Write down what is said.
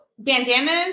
bandanas